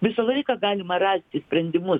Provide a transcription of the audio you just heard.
visą laiką galima rasti sprendimus